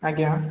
ଆଜ୍ଞା